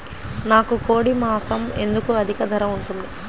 నాకు కోడి మాసం ఎందుకు అధిక ధర ఉంటుంది?